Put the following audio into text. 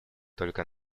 только